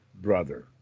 brother